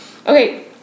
Okay